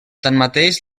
tanmateix